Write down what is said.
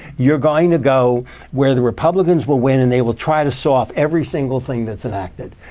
you're going to go where the republicans will win and they will try to saw off every single thing that's enacted.